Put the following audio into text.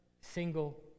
single